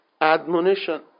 admonition